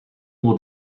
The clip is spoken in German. nur